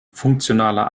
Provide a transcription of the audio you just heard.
funktionaler